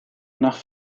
nach